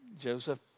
Joseph